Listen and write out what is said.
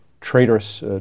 traitorous